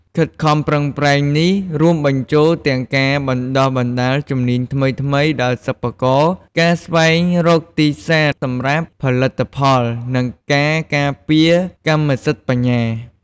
ខិតខំប្រឹងប្រែងនេះរួមបញ្ចូលទាំងការបណ្ដុះបណ្ដាលជំនាញថ្មីៗដល់សិប្បករ ការស្វែងរកទីផ្សារសម្រាប់ផលិតផល និងការការពារកម្មសិទ្ធិបញ្ញា។